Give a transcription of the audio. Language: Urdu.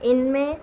ان میں